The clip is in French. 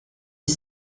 dix